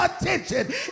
attention